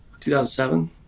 2007